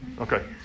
Okay